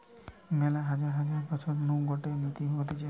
মেলা হাজার হাজার বছর নু গটে নীতি হতিছে